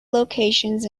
locations